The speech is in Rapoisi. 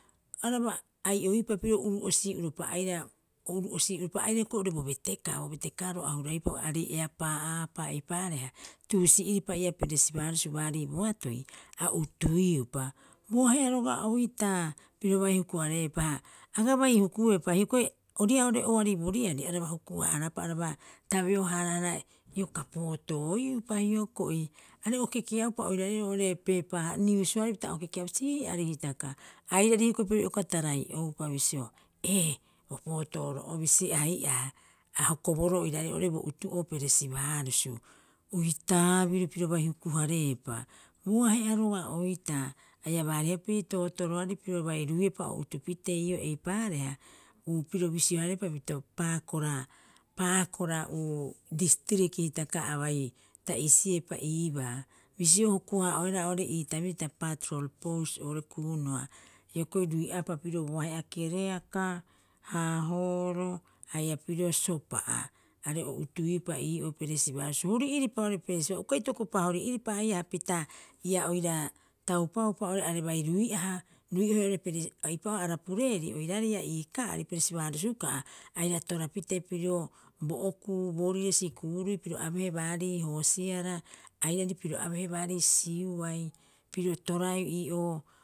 Araba ai'oiupa pirio uru'osii'uropa aira o uru'osii'uropa aira hioko'i oo'ore bo bearabatekaa o betekaaro a huraiupa aarei eapaa'aapa eipaareha tuusi'iripa ii'aa persibaarusu baarii boatoi a utuiupa. Bo aheha roga'a oitaa piro bai huku- hareepa, ha aga bai hukupuepa. Hioko'i ori ii'aa oari bo riari iaraba huku- haaraapa, araba tabeo- haaraahara ioka potooiupa hioko'i. Are o kekeaupa oiraarei oo'ore peepaa niusuarei pita okekeaupa so ee'ari hitaka. Airari hioko'i piro ioka tarai'oupa bisio, ee, bo pootooro'obisi ai'aa, a hokoboroo oiraare bo utu'oo peresibaarusu. Oitaa biru piro bai huku- hareepa bo ahe'a roga'a oitaa haia baariha piri tootoroarei piro bai ruiepa o utupitee ii'oo. Eipaareha, piro bisio- hareepa pita paakora- paakora uu distriki hitaka a bai ta'isepa i ibaa. Bisio huku- haa'oehara oo'ore ii tabiriri pita paatrol poust oo'ore kunua. Hioko'i rui'aapa pirio bo ahe'a kereaka Haahooro haia piro Sopa'a are o utuiupa ii'oo peresibaarusu hori'iripa oo'ore operesi uka itokopa hori'iripa haia hapita ia oira taupaupa oo'ore are bai rui'aha. rui'ohe oo'ore peresi eipa'oo arapureeri oiraare ii'aa ii ka'ari peresibaarusu ka'a aira torapitee pirio bo okuu boorire sikuurui piro abehe baarii Hoosira airari piro abehe baarii Siuai piro toraeu ii'oo